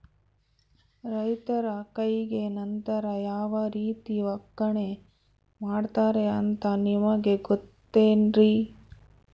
ರೈತರ ಕೈಗೆ ನಂತರ ಯಾವ ರೇತಿ ಒಕ್ಕಣೆ ಮಾಡ್ತಾರೆ ಅಂತ ನಿಮಗೆ ಗೊತ್ತೇನ್ರಿ?